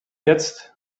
jetzt